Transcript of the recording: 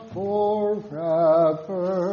forever